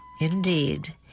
Indeed